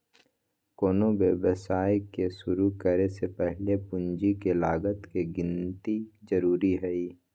कोनो व्यवसाय के शुरु करे से पहीले पूंजी के लागत के गिन्ती जरूरी हइ